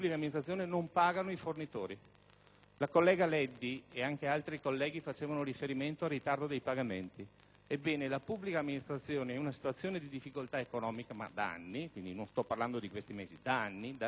La collega Leddi e anche altri colleghi facevano riferimento al ritardo nei pagamenti. Ebbene, la pubblica amministrazione è in una situazione di difficoltà economica da anni - non sto parlando di questi ultimi mesi - e paga in ritardo.